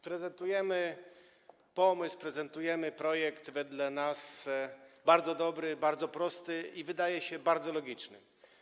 Prezentujemy pomysł, prezentujemy projekt wedle nas bardzo dobry, bardzo prosty i, wydaje się, bardzo logiczny.